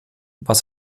was